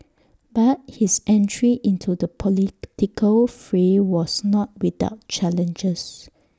but his entry into the political fray was not without challenges